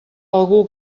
algú